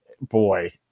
boy